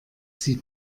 sie